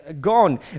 gone